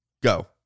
Go